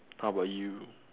how about you